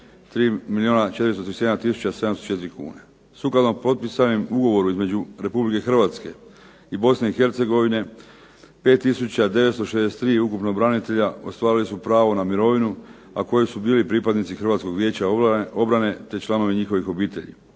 704 kune. Sukladno potpisanom ugovoru između Republike Hrvatske i Bosne i Hercegovine 5963 ukupno branitelja ostvarili su pravo na mirovinu, a koji su bili pripadnici Hrvatskog vijeća obrane te članovi njihovih obitelji.